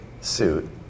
suit